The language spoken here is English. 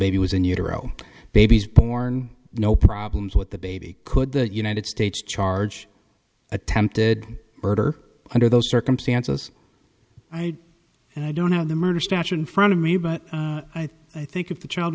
baby was in utero babies born no problems with the baby could the united states charge attempted murder under those circumstances i and i don't have the murder statute in front of me but i think if the child